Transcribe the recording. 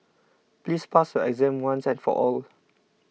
please pass your exam once and for all